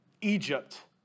Egypt